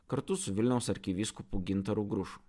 kartu su vilniaus arkivyskupu gintaru grušu